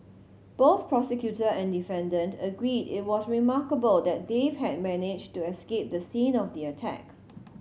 both prosecutor and defendant agreed it was remarkable that Dave had managed to escape the scene of the attack